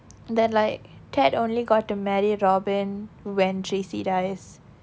that like ted only got to marry robin when tracy dies